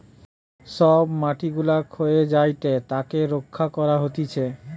সব মাটি গুলা ক্ষয়ে যায়েটে তাকে রক্ষা করা হতিছে